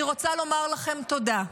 אני רוצה לומר לכן תודה.